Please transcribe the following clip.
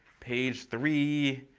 page three,